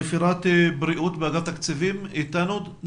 רפרנט בריאות באגף תקציבים, איתנו?